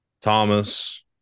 Thomas